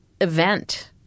event